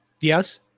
Yes